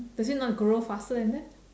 does it not grow faster than that